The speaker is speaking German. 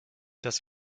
das